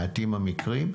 מעטים המקרים,